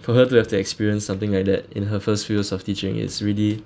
for her to have to experience something like that in her first few years of teaching is really